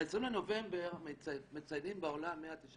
ב --- בנובמבר מציינים בעולם 195